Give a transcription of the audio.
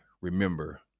remember